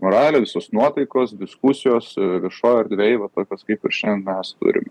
moralė visos nuotaikos diskusijos e viešoj erdvėj va tokios kaip ir šiandien mes turim